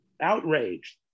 outraged